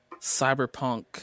cyberpunk